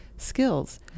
skills